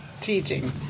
teaching